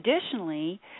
Additionally